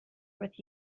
with